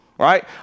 Right